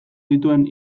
dituen